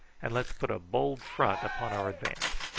and let's put a bold front upon our advance.